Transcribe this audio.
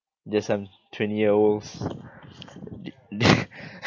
just some twenty year old's